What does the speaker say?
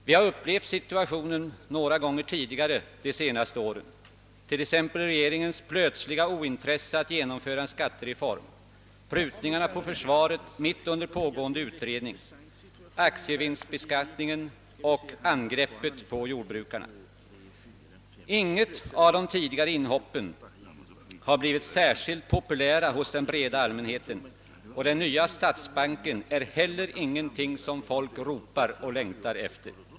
Vi har upplevt situationen några gånger tidigare de senaste åren, t.ex. regeringens plötsliga ointresse att genomföra en skattereform, prutningarna på försvaret mitt under pågående ut redning, aktievinstbeskattningen och angreppet på jordbrukarna. Inget av de tidigare inhoppen har blivit särskilt populärt hos den breda allmänheten, och den nya statsbanken är heller ingenting som folk ropar och längtar efter.